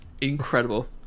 incredible